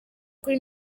kuri